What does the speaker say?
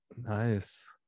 nice